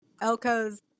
elko's